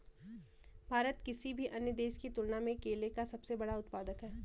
भारत किसी भी अन्य देश की तुलना में केले का सबसे बड़ा उत्पादक है